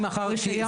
לא.